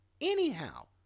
anyhow